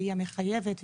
והיא המחייבת,